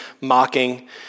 mocking